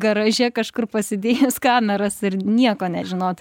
garaže kažkur pasidėjus kameras ir nieko nežinot